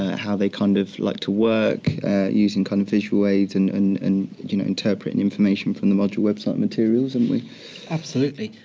how they kind of like to work using kind of visual aids and and and you know interpret new and information from the module website materials. and lee absolutely.